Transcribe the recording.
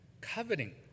Coveting